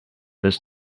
this